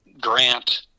grant